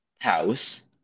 House